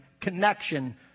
connection